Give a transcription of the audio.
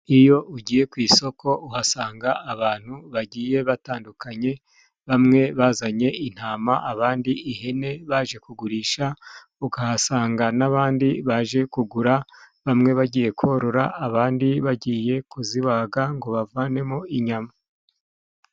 iyo ugiye ku isoko uhasanga abantu bagiye batandukanye bamwe bazanye intama abandi ihene baje kugurisha ukahasanga n'abandi baje kugura bamwe bagiye korora abandi bagiye kuzibaga ngo bavanemo inyama.